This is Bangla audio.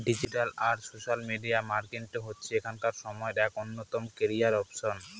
ডিজিটাল আর সোশ্যাল মিডিয়া মার্কেটিং হচ্ছে এখনকার সময়ে এক অন্যতম ক্যারিয়ার অপসন